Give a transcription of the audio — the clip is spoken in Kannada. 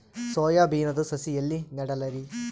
ಸೊಯಾ ಬಿನದು ಸಸಿ ಎಲ್ಲಿ ನೆಡಲಿರಿ?